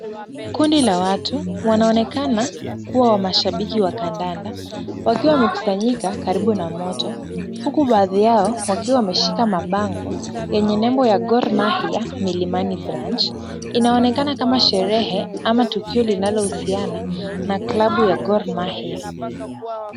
Kundi la watu wanaonekana kuwa mashabiki wa kandakanda, wakiwa wamekusanyika karibu na moto, huku baadhi yao wakiwa wameshika mabango yenye nembo ya Gor Mahia Milimani Branch. Inaonekana kama sherehe ama tukio linalohusiana na klabu ya Gor Mahia.